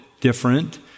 different